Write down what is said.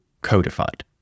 codified